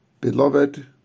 beloved